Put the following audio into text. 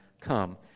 come